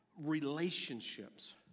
relationships